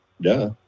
Duh